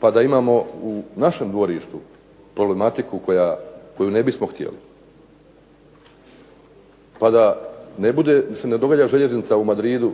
pa da imamo u našem dvorištu problematiku koju ne bismo htjeli, da se ne događa željeznica u Madridu,